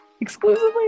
Exclusively